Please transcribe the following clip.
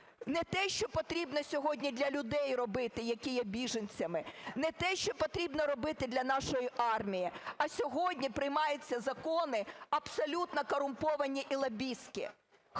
Не те, що потрібно сьогодні для людей робити, які є біженцями, не те, що потрібно робити для нашої армії, а сьогодні приймаються закони абсолютно корумповані і лобістські.